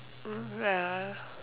oh ya